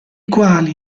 quali